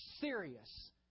serious